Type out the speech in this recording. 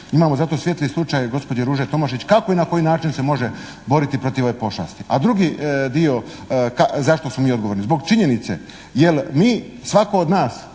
Imamo zato svijetli slučaj gospođe Ruže Tomašić, kako i na koji način se može boriti protiv ove pošasti. A drugi dio, zašto smo mi odgovorni? Zbog činjenice, jel' mi svako od nas